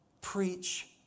Preach